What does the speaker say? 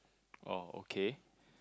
oh okay